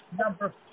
number